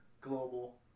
global